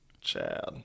Chad